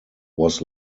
was